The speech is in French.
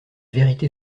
vérité